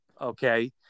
Okay